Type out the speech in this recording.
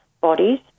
bodies